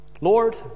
Lord